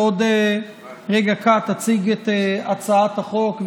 בעוד רגע קט אציג את הצעת החוק,